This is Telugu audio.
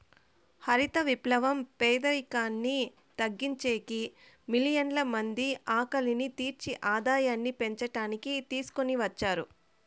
హరిత విప్లవం పేదరికాన్ని తగ్గించేకి, మిలియన్ల మంది ఆకలిని తీర్చి ఆదాయాన్ని పెంచడానికి తీసుకొని వచ్చారు